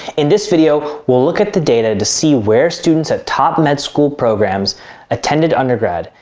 in this video, we'll look at the data to see where students of top med school programs attended undergrad,